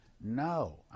No